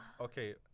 okay